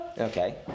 Okay